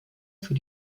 für